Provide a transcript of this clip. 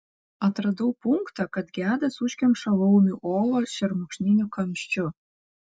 atradau punktą kad gedas užkemša laumių olą šermukšniniu kamščiu